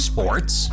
Sports